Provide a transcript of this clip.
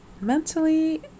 mentally